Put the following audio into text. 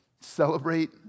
celebrate